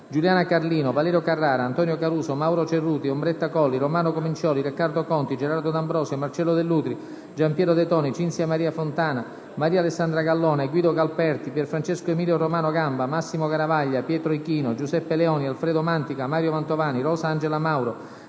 Giuliana Carlino, Valerio Carrara, Antonino Caruso, Mauro Ceruti, Ombretta Colli, Romano Comincioli, Riccardo Conti, Gerardo D'Ambrosio, Marcello Dell'Utri, Gianpiero De Toni, Cinzia Maria Fontana, Maria Alessandra Gallone, Guido Galperti, Pierfrancesco Emilio Romano Gamba, Massimo Garavaglia, Pietro Ichino, Giuseppe Leoni, Alfredo Mantica, Mario Mantovani, Rosa Angela Mauro,